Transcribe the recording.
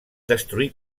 destruir